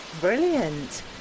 brilliant